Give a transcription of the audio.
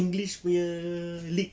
english punya league